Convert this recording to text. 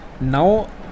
now